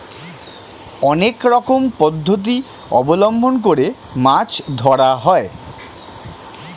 অনেক রকম পদ্ধতি অবলম্বন করে মাছ ধরা হয়